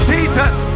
Jesus